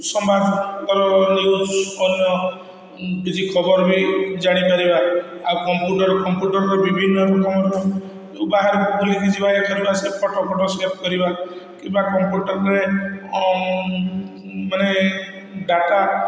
ସମ୍ବାଦ କନକ ନ୍ୟୁଜ ଅନ୍ୟ ବିଜି ଖବର ବି ଜାଣିପାରିବା ଆଉ କମ୍ପୁଟର କମ୍ପୁଟରର ବିଭିନ୍ନ ରକମର ଯେଉଁ ବାହାରକୁ ବୁଲିକି ଯିବା ଏଠାକୁ ଆସିଲେ ଫଟୋ ଫଟ ସ୍ନାପ କରିବା କିମ୍ବା କମ୍ପୁଟରରେ ମାନେ ଡାଟା